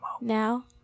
Now